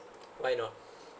why not